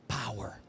power